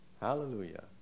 Hallelujah